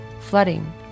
flooding